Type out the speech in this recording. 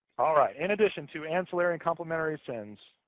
all right, in addition to ancillary and complementary sin's,